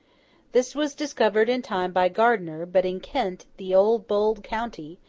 this was discovered in time by gardiner but in kent, the old bold county,